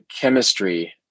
chemistry